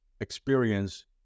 experience